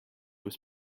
was